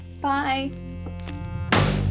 Bye